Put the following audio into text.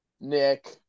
Nick